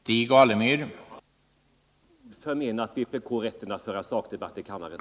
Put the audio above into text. Herr talman! Jag har icke med ett ord förmenat vpk rätten att föra sakdebatt i kammaren.